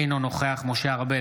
אינו נוכח משה ארבל,